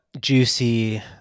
juicy